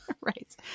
right